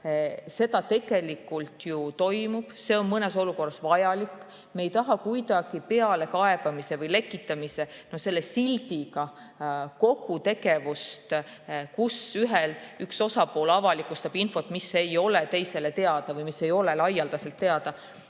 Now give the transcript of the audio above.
tegelikult ju juhtub. See on mõnes olukorras vajalik. Me ei taha kuidagi pealekaebamise või lekitamise sildiga kogu tegevust, kus üks osapool avalikustab infot, mis ei ole teistele teada või mis ei ole laialdaselt teada,